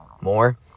more